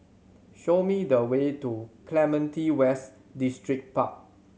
show me the way to Clementi West Distripark